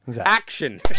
Action